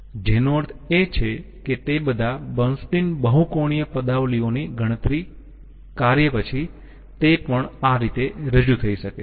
જેનો અર્થ એ છે કે તે બધા બર્ન્સટિન બહુકોણિક પદાવલિઓની ગણતરી કાર્ય પછી તે પણ આ રીતે રજૂ થઈ શકે છે